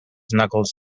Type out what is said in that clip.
knuckles